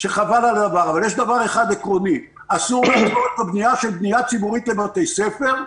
אבל יש דבר אחד עקרוני: אסור לעצור את הבנייה הציבורית לבתי ספר.